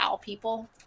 people